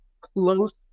close